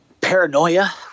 paranoia